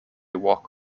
walk